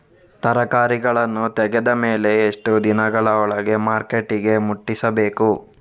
ತರಕಾರಿಗಳನ್ನು ತೆಗೆದ ಮೇಲೆ ಎಷ್ಟು ದಿನಗಳ ಒಳಗೆ ಮಾರ್ಕೆಟಿಗೆ ಮುಟ್ಟಿಸಬೇಕು?